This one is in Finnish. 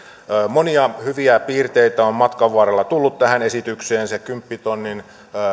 monia hyviä piirteitä on matkan varrella tullut tähän esitykseen se kymppitonnin